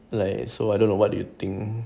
like so I don't know what do you think